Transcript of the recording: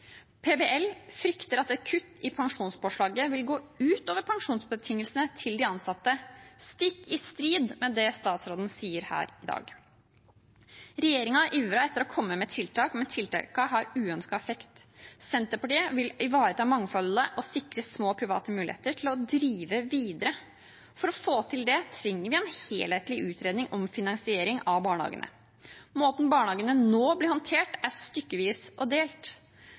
frykter at et kutt i pensjonspåslaget vil gå ut over pensjonsbetingelsene til de ansatte – stikk i strid med det statsråden sier her i dag. Regjeringen har ivret etter å komme med tiltak, men tiltakene har uønsket effekt. Senterpartiet vil ivareta mangfoldet og sikre små, private muligheten til å drive videre. For å få til det trenger vi en helhetlig utredning om finansiering av barnehagene. Måten barnehagene nå blir håndtert på, er stykkevis og delt.